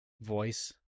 voice